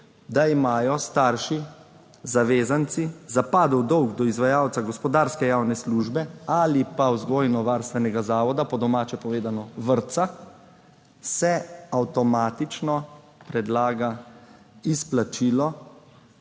da imajo starši zavezanci zapadel dolg do izvajalca gospodarske javne službe ali pa vzgojno-varstvenega zavoda, po domače povedano vrtca, se torej avtomatično predlaga izplačilo